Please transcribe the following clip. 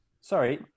Sorry